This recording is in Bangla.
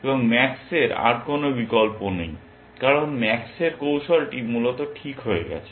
এবং ম্যাক্সের আর কোন বিকল্প নেই কারণ ম্যাক্সের কৌশলটি মূলত ঠিক হয়ে গেছে